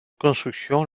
construction